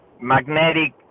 magnetic